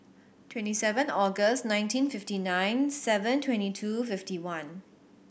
twenty seven August nineteen fifty nine seven twenty two fifty one